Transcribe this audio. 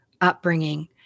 upbringing